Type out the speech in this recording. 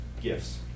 gifts